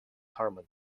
hormone